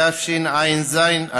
התשע"ז 2017,